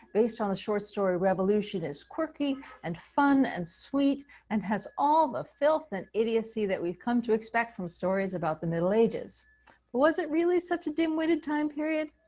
based on the short story revolutionist quirky and fun and sweet and has all the filth and idiocy that we've come to expect from stories about the middle ages. but was it really such a dimwitted time period?